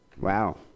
Wow